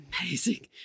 amazing